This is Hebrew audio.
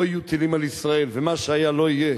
יהיו טילים על ישראל ומה שהיה לא יהיה,